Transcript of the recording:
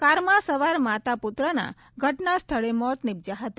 કારમાં સવાર માતા પુત્રના ઘટનાસ્થળે મોત નિપજ્યા હતા